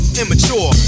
immature